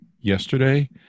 yesterday